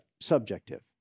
subjective